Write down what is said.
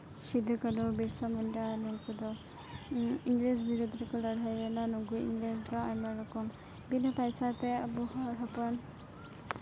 ᱥᱤᱫᱩᱼᱠᱟᱹᱱᱦᱩ ᱵᱤᱨᱥᱟ ᱢᱩᱱᱰᱟ ᱱᱩᱝᱠᱩ ᱫᱚ ᱤᱝᱨᱮᱡᱽ ᱵᱤᱨᱩᱫᱷ ᱨᱮᱠᱚ ᱞᱟᱹᱲᱦᱟᱹᱭ ᱞᱮᱫᱟ ᱱᱩᱠᱩ ᱤᱧᱨᱮᱱ ᱟᱭᱢᱟ ᱨᱚᱠᱚᱢ ᱵᱤᱱᱟᱹ ᱯᱚᱭᱥᱟ ᱛᱮ ᱟᱵᱚ ᱦᱚᱲ ᱦᱚᱯᱚᱱ